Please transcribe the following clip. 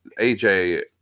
AJ